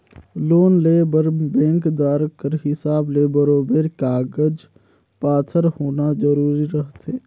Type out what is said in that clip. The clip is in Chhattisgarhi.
लोन लेय बर बेंकदार कर हिसाब ले बरोबेर कागज पाथर होना जरूरी रहथे